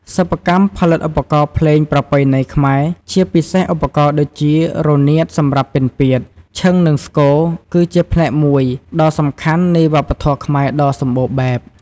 សិប្បកម្មផលិតឧបករណ៍ភ្លេងប្រពៃណីខ្មែរ ជាពិសេសឧបករណ៍ដូចជា រនាតសម្រាប់ ពិណពាទ្យ, ឈិងនិង ស្គរ គឺជាផ្នែកមួយដ៏សំខាន់នៃវប្បធម៌ខ្មែរដ៏សម្បូរបែប។